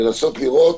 לנסות לראות